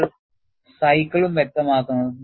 നിങ്ങൾ സൈക്കിളും വ്യക്തമാക്കുന്നു